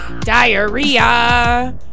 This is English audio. diarrhea